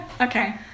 Okay